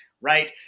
right